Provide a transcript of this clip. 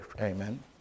amen